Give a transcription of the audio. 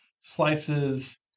slices